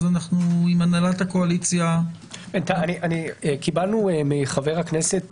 עם הנהלת הקואליציה- -- קיבלנו מחבר הכנסת